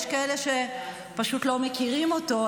יש כאלה שפשוט לא מכירים אותו,